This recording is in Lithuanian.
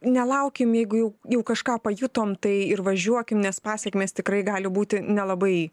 nelaukim jeigu jau jau kažką pajutom tai ir važiuokim nes pasekmės tikrai gali būti nelabai